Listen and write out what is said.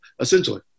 essentially